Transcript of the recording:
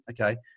okay